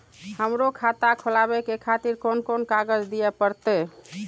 हमरो खाता खोलाबे के खातिर कोन कोन कागज दीये परतें?